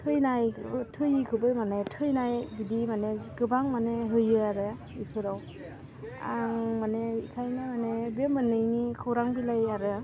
थैनाय थैयैखौबो माने थैनाय बिदि माने गोबां माने होयो आरो इफोराव आं माने इखायनो माने बे मोन्नैनि खौरां बिलाइ आरो